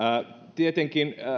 tietenkin